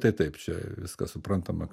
tai taip čia viskas suprantama